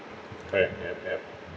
correct yup yup